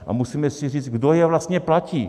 A musíme si říct, kdo je vlastně platí.